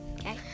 Okay